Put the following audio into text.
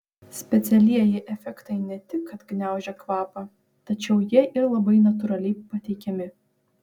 specialieji efektai ne tik kad gniaužia kvapą tačiau jie ir labai natūraliai pateikiami